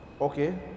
Okay